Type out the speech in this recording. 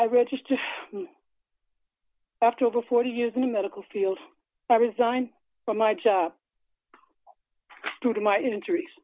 i register after over forty years in the medical field i resigned from my job due to my injuries